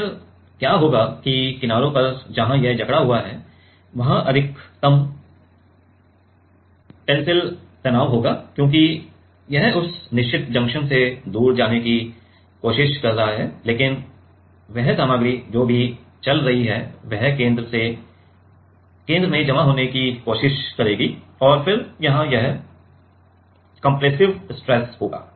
फिर क्या होगा कि किनारों पर जहां यह जकड़ा हुआ है वहां अधिकतम टेंसिल तनाव होगा क्योंकि यह उस निश्चित जंक्शन से दूर जाने की कोशिश कर रहा है लेकिन वह सामग्री जो भी चल रही है वह केंद्र में जमा होने की कोशिश करेगी और फिर यहां यह कंप्रेसिव स्ट्रेस होगा